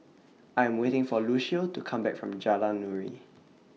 I Am waiting For Lucio to Come Back from Jalan Nuri